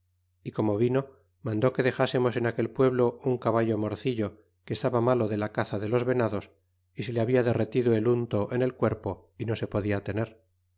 y como vino mandó que dexásemos en aquel pueblo un caballo morcillo que estaba malo de la caza de los venados y se le habla derretido el unto en el cuerpo y no se podia tener